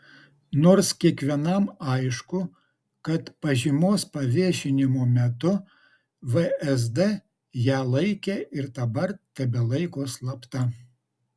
nors kiekvienam aišku kad pažymos paviešinimo metu vsd ją laikė ir dabar tebelaiko slapta